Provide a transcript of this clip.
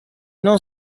non